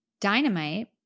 Dynamite